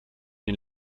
den